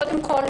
קודם כול,